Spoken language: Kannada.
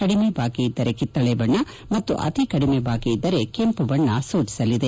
ಕಡಿಮೆ ಬಾಕಿ ಇದ್ದರೆ ಕಿತ್ತಳೆ ಬಣ್ಣ ಮತ್ತು ಅತಿ ಕಡಿಮೆ ಬಾಕಿ ಇದ್ದರೆ ಕೆಂಪು ಬಣ್ಣ ಸೂಚಿಸಲಿದೆ